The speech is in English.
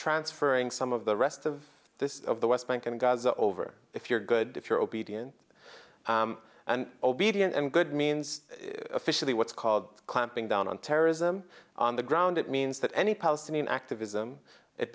transferring some of the rest of this of the west bank and gaza over if you're good if you're obedient and obedient and good means officially what's called clamping down on terrorism on the ground it means that any palestinian activism it